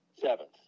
Seventh